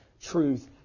truth